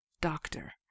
Doctor